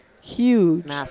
huge